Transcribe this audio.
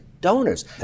donors